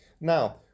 now